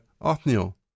Othniel